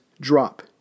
drop